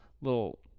little